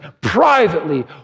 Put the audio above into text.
privately